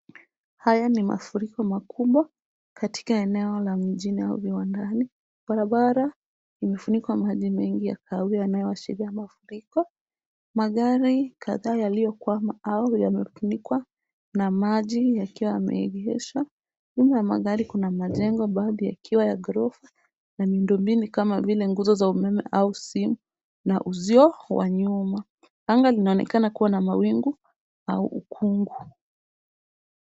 Haya ni mafuriko makubwa katika eneo la mijini au viwandani. Barabara imefunikwa maji mengi ya kahawia yanayoashiria mafuriko. Magari kadhaa yaliyokwama au yamefunikwa na maji yakiwa yameegeshwa . Nyuma ya magari kuna majengo baadhi yakiwa ya ghorofa na miundo mbinu kama vile nguzo za umeme au simu na uzio wa nyuma. Anga linaonekana kuwa na mawingu au ukungu.